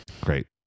great